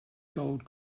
gold